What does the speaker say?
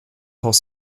koch